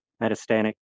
metastatic